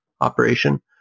operation